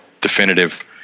definitive